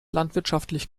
landwirtschaftlich